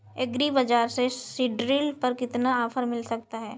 Agree bazaar से seed drill पर कितना ऑफर मिल सकता है?